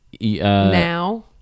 now